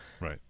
Right